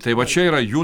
tai va čia yra jų